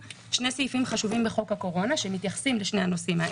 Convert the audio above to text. הסעיף קובע כמה הוראות שהייתי שמחה לשמוע עכשיו